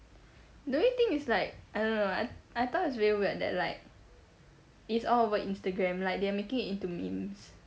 don't you think it's like I don't know I I thought it's very weird that like it's all over instagram like they're making it into memes